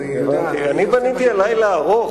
זה אותו דבר.